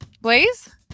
Blaze